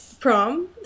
prom